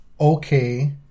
Okay